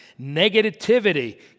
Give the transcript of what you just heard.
Negativity